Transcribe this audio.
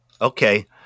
okay